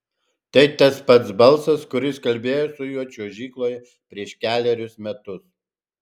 tai tas pats balsas kuris kalbėjo su juo čiuožykloje prieš kelerius metus